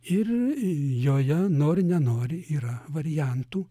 ir joje nori nenori yra variantų